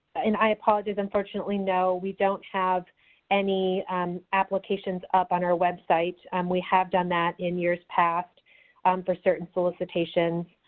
and i apologize, unfortunately no we don't have any applications up on our websites. and we have done that in years past um for certain solicitations.